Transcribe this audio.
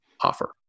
offer